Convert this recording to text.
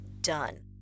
done